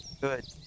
Good